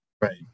Right